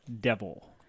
Devil